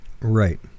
Right